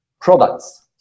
products